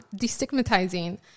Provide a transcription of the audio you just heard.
destigmatizing